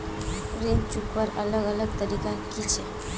ऋण चुकवार अलग अलग तरीका कि छे?